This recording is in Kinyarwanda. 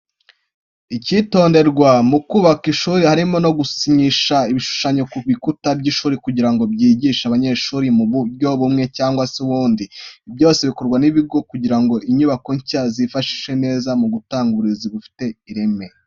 Ibigenderwaho mu kubaka ishuri, harimo no gushyira ibishushanyo ku bikuta by'ishuri kugira ngo byigishe abanyeshuri mu buryo bumwe cyangwa se ubundi. Ibi byose bikorwa n'ibigo kugira ngo inyubako nshya zizifashishwe neza mu gutanga uburezi bufite ireme.